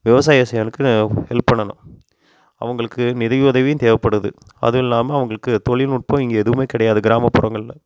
விவசாயம் செய்கிறவனுக்கு ஹெல்ப் பண்ணனும் அவங்களுக்கு நிதி உதவியும் தேவைப்படுது அதுவும் இல்லாமல் அவங்களுக்கு தொழில்நுட்பம் இங்கே எதுவுமே கிடையாது கிராமப்புறங்களில்